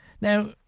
Now